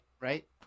right